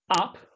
up